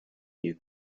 you